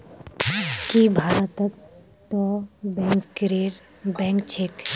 की भारतत तो बैंकरेर बैंक छेक